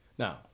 Now